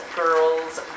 girls